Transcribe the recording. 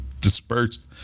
dispersed